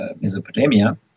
Mesopotamia